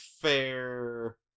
fair